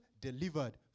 Delivered